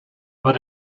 but